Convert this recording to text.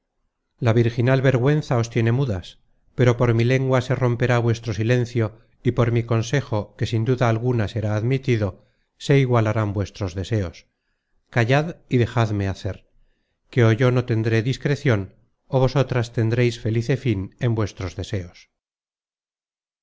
la virginal vergüenza os tiene mudas pero por mi lengua se romperá vuestro silencio y por mi consejo que sin duda alguna será admitido se igualarán vuestros deseos callad y dejadme hacer que ó yo no tendré discrecion ó vosotras tendréis felice fin en vuestros deseos